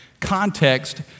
context